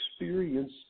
experience